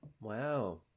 Wow